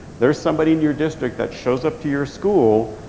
there's somebody in your district that shows up to your school,